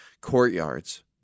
courtyards